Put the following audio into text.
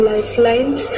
Lifelines